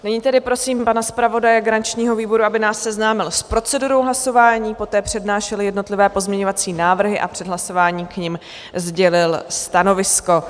Nyní tedy prosím pana zpravodaje garančního výboru, aby nás seznámil s procedurou hlasování, poté přednášel jednotlivé pozměňovací návrhy a před hlasování k nim sdělil stanovisko.